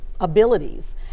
abilities